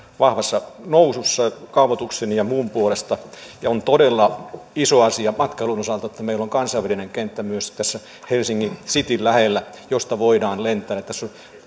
vahvassa nousussa kaavoituksen ja muun puolesta on todella iso asia matkailun osalta että meillä on kansainvälinen kenttä myös tässä helsingin cityn lähellä josta voidaan lentää tässä on